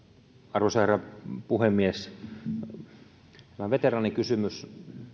arvoisa herra puhemies tämä veteraanikysymys